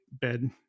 bed